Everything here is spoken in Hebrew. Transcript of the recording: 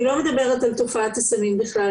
אני לא מדברת על תופעת הסמים בכלל,